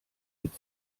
mit